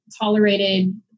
tolerated